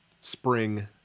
spring